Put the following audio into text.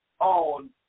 on